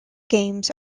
games